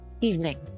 evening